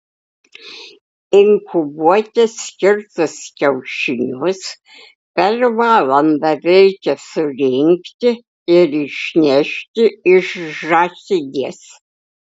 inkubuoti skirtus kiaušinius per valandą reikia surinkti ir išnešti iš žąsidės